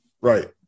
Right